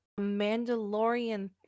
Mandalorian